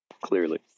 Clearly